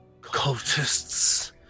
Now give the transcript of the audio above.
Cultists